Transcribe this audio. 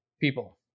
people